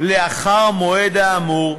לאחר המועד האמור,